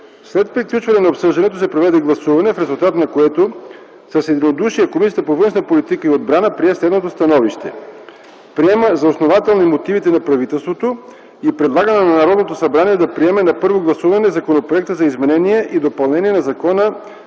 След приключване на обсъждането се проведе гласуване, в резултат на което с единодушие Комисията по външна политика и отбрана прие следното становище: Приема за основателни мотивите на правителството и предлага на Народното събрание да приеме на първо гласуване Законопроекта за изменение и допълнение на Закона